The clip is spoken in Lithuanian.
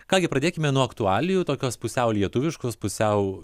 ką gi pradėkime nuo aktualijų tokios pusiau lietuviškos pusiau